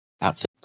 outfit